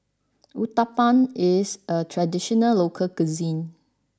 Uthapam is a traditional local cuisine